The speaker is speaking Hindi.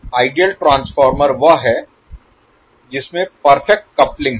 आइडियल ट्रांसफार्मर वह है जिसमें परफेक्ट कपलिंग हो